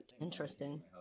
Interesting